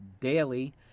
daily